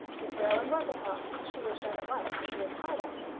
mr owen was at home, and she was shown at once into his parlour.